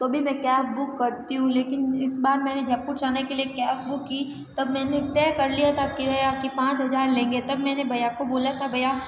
तो भी मैं कैब बुक करती हूँ लेकिन इस बार मैंने जयपुर जाने के लिए कैब बुक की तब मैंने तय कर लिया था की वे यहाँ के पाँच हज़ार लेंगे तब मैंने भैया को बोला था की भैया